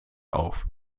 auf